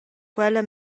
quella